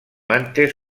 antes